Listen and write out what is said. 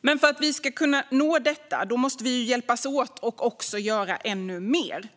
Men för att vi ska kunna nå detta mål måste vi hjälpas åt och också göra ännu mer.